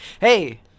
Hey